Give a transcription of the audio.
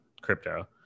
crypto